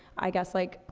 i guess, like,